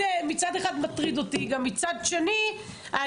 מצד אחד זה מטריד אותי אבל מהצד השני אני